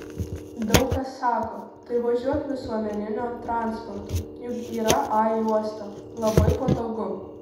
daug kas sako tai važiuok visuomeniniu transportu juk yra a juosta labai patogu